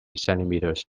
centimeters